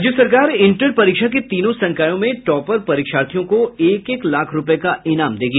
राज्य सरकार इंटर परीक्षा के तीनों संकायों में टॉपर परीक्षार्थियों को एक एक लाख रूपये का इनाम देगी